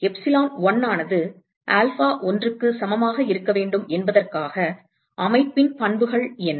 epsilon 1 ஆனது alpha 1 க்கு சமமாக இருக்க வேண்டும் என்பதற்காக அமைப்பின் பண்புகள் என்ன